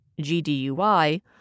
GDUI